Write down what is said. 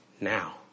now